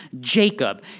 Jacob